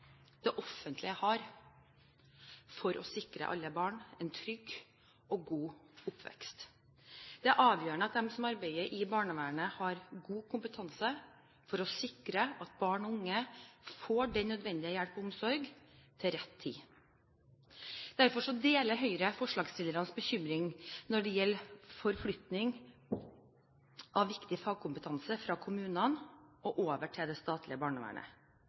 det offentlige har for å sikre alle barn en trygg og god oppvekst. Det er avgjørende at de som arbeider i barnevernet, har god kompetanse i å sikre at barn og unge får den nødvendige hjelp og omsorg til rett tid. Derfor deler Høyre forslagsstillernes bekymring når det gjelder forflytning av viktig fagkompetanse fra kommunene og over til det statlige barnevernet.